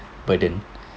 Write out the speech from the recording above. but then